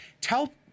Tell